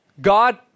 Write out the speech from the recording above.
God